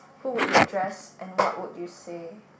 who would you address and what would you say